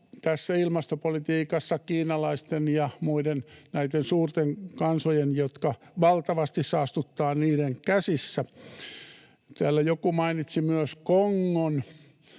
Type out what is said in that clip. tässä ilmastopolitiikassa kiinalaisten ja näitten muiden suurten kansojen käsissä, jotka valtavasti saastuttavat. Täällä joku mainitsi myös Kongon